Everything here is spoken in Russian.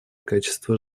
качества